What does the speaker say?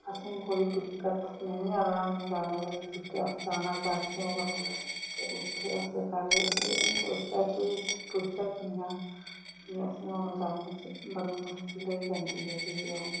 असें कोई दिक्कत नेईं आवै औने जाने बिच्च जित्थे अस जाना चाह्चै ते उत्थें अस पैह्ले एह् नेईं सोचचै के पुज्जचै कि'यां ते असें औने जाने च बड़ी मुश्कल होई जंदी ऐ फेर